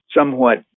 somewhat